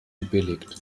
gebilligt